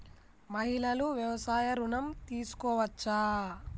మహిళలు వ్యవసాయ ఋణం తీసుకోవచ్చా?